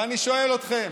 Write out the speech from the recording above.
ואני שואל אתכם: